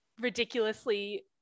ridiculously